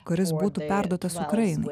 kuris būtų perduotas ukrainai